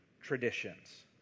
traditions